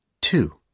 Two